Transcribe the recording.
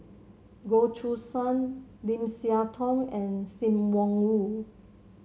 Goh Choo San Lim Siah Tong and Sim Wong Hoo